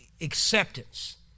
acceptance